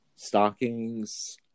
Stockings